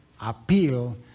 appeal